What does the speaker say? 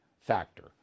factor